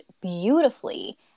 beautifully